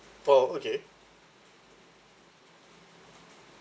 oh okay